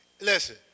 listen